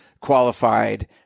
qualified